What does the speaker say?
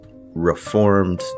reformed